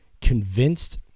convinced